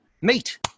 meet